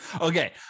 Okay